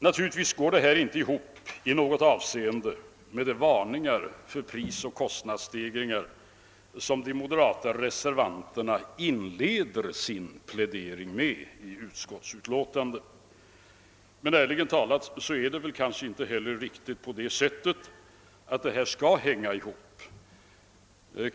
Naturligtvis går detta inte i något avseende ihop med de varningar för prisoch kostnadsstegringar som de moderata reservanterna inleder sin plädering med. Men ärligt talat är det kanske inte heller riktigt så att dessa kalkyler skall gå ihop.